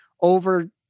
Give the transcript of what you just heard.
over